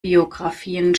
biografien